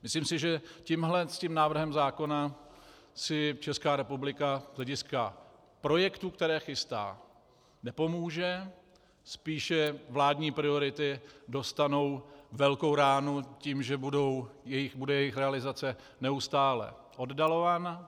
Myslím si, že tímhle návrhem zákona si Česká republika z hlediska projektů, které chystá, nepomůže, spíše vládní priority dostanou velkou ránu tím, že bude jejich realizace neustále oddalována.